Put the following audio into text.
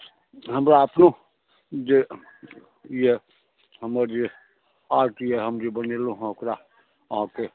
हमरा अखनो जे यऽ हमर जे आर्ट यऽ हम जे बनेलहुँ हँ ओकरा अहाँके